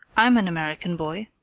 i'm an american boy,